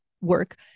work